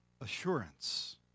assurance